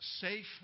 safe